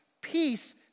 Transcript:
peace